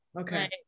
okay